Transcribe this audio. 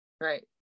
right